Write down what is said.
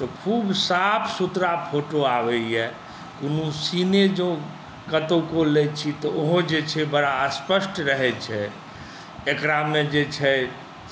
तऽ खूब साफ सुथड़ा फोटो आबैए कोनो सीने जे कतहुको लैत छी तऽ ओहो जे छै बड़ा स्पष्ट रहैत छै एकरामे जे छै